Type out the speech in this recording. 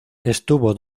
estuvo